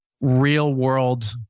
real-world